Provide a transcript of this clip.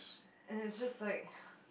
and it's just like